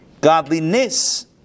godliness